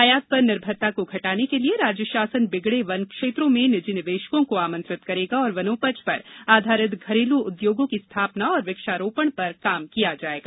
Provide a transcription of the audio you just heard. आयात पर निर्भरता को घटाने के लिए राज्य शासन बिगड़े वन क्षेत्रों में निजी निवेशकों को आमंत्रित करेगा और वनोपज पर आधारित घरेलू उद्योगों की स्थापना और वृक्षारोपण पर काम करेगा